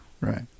right